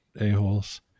a-holes